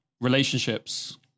relationships